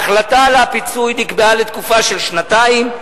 ההחלטה על הפיצוי נקבעה לתקופה של שנתיים.